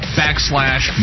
backslash